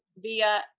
via